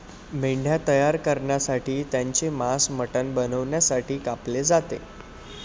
मेंढ्या तयार करण्यासाठी त्यांचे मांस मटण बनवण्यासाठी कापले जाते